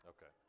Okay